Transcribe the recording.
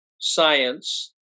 science